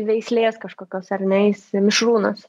veislės kažkokios ar ne jis mišrūnas